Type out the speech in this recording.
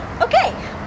Okay